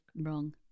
wrong